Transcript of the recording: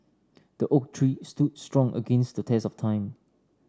the oak tree stood strong against the test of time